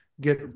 get